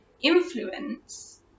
influence